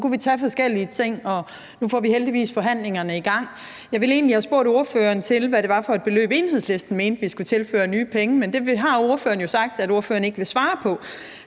Nu får vi heldigvis forhandlingerne i gang. Jeg ville egentlig have spurgt ordføreren til, hvad det var for et beløb, Enhedslisten mente vi skulle tilføre af nye penge, men det har ordføreren jo sagt at ordføreren ikke vil svare på.